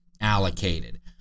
allocated